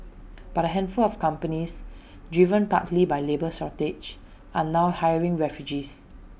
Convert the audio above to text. but A handful of companies driven partly by labour shortages are now hiring refugees